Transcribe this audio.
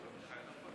אדוני היושב-ראש,